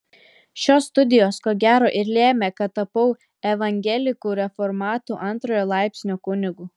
šios studijos ko gero ir lėmė kad tapau evangelikų reformatų antrojo laipsnio kunigu